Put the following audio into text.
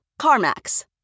CarMax